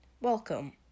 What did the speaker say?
welcome